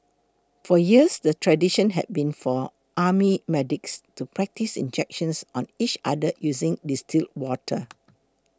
for years the tradition had been for army medics to practise injections on each other using distilled water